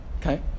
Okay